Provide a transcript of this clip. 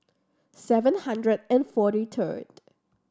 seven hundred and forty third